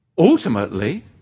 Ultimately